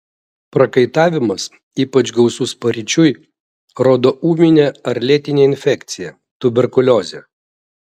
prakaitavimas ypač gausus paryčiui rodo ūminę ar lėtinę infekciją tuberkuliozę